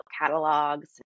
catalogs